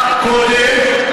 תבחן את עצמך קודם,